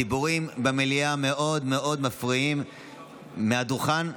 הדיבורים במליאה מאוד מאוד מפריעים בדוכן.